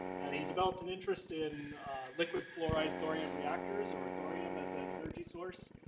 and he developed an interest in liquid fluoride thorium reactors or thorium as an energy source.